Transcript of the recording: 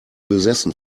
besessen